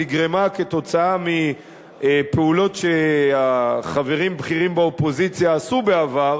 שנגרמה כתוצאה מפעולות שחברים בכירים באופוזיציה עשו בעבר,